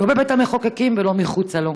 לא בבית המחוקקים ולא מחוצה לו.